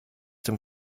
dem